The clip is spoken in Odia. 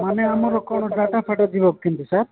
ମାନେ ଆମର କ'ଣ ଡାଟା ଫାଟା ଯିବା କେମିତି ସାର୍